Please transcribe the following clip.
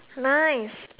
nice